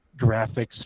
graphics